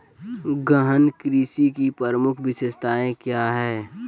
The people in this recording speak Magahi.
गहन कृषि की प्रमुख विशेषताएं क्या है?